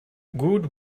good